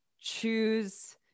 choose